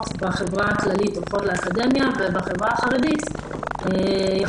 בחברה הכללית הולכות לאקדמיה ואילו בחברה החרדית יכול